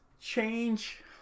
change